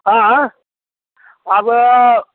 आँय आब